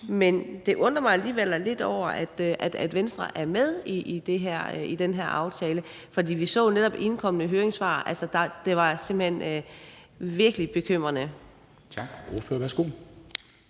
Men jeg undrer mig alligevel lidt over, at Venstre er med i den her aftale, for vi så netop i de indkomne høringssvar, at der virkelig er bekymring.